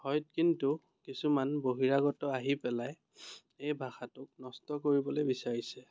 হয় কিন্তু কিছুমান বহিৰাগত আহি পেলাই এই ভাষাটোক নষ্ট কৰিবলৈ বিচাৰিছে